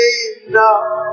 enough